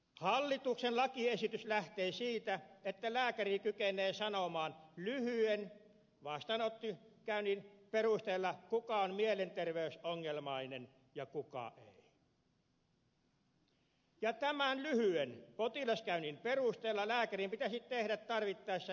hallituksen lakiesitys lähtee siitä että lääkäri kykenee sanomaan lyhyen vastaanottokäynnin perusteella kuka on mielenterveysongelmainen ja kuka ei ja tämän lyhyen potilaskäynnin perusteella lääkärin pitäisi tehdä tarvittaessa ilmoitus poliisille